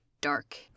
dark